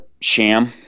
Sham